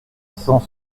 cent